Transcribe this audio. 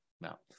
now